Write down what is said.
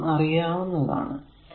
നാം അത് അറിയുന്നതാണ്